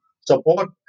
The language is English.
support